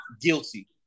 guilty